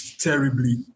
terribly